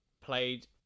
Played